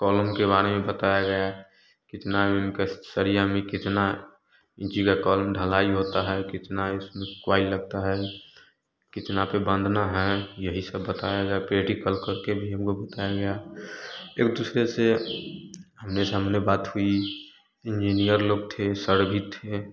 column के के बारे में बताया गया कितना सरिया में कितना जिया कौन ढलाई होता है कितना उसमें कॉयल लगता है कितना पे बांधना है यही सब बताया गया प्रैक्टिकल करके भी हम लोग बताया गया एक दूसरे से हमेशा हम बात हुई इंजीनियर लोग थे सर भी थे